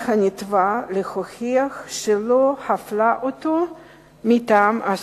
על הנתבע להוכיח שלא הפלה אותו מטעם אסור.